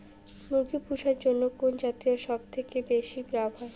মুরগি পুষার জন্য কুন জাতীয় সবথেকে বেশি লাভ হয়?